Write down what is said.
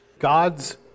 God's